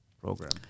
program